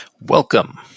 Welcome